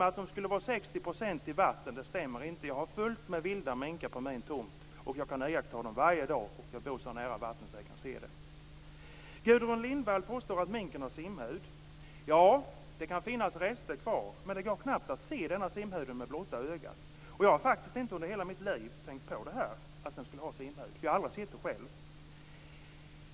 Att den skulle vistas till 60 % i vatten stämmer inte. Jag har fullt med vilda minkar på min tomt. Jag kan iaktta dem varje dag. Jag bor så nära vatten att jag kan se dem. Gudrun Lindvall påstår att minken har simhud. Det kan finnas rester kvar, med det går knappt att se denna simhud med blotta ögat. Jag har faktiskt inte under hela mitt liv tänkt på det, och jag har aldrig sett en sådan själv.